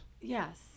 Yes